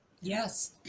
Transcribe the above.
Yes